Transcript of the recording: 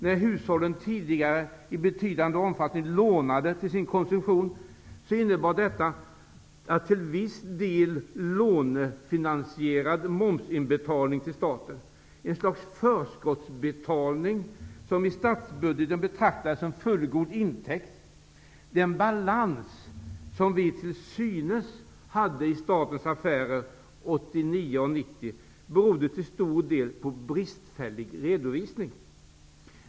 När hushållen tidigare i betydande omfattning lånade till sin konsumtion, innebar det till viss del lånefinansierad momsinbetalning till staten -- ett slags förskottsbetalning som i statsbudgeten betraktades som en fullgod intäkt. Den balans som vi till synes hade i statens affärer åren 1989 och 1990 berodde till stor del på bristfällig redovisning.